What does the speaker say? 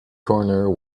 corner